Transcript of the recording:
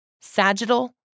sagittal